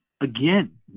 again